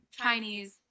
Chinese